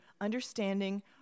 understanding